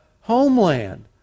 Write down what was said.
homeland